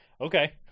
Okay